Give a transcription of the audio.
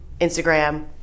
Instagram